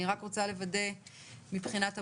אנחנו רוצים לפתוח בסקירה דווקא נוכח